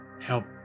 help